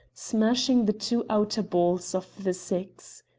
smashing the two outer balls of the six.